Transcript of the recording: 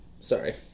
Sorry